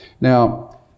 Now